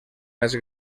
més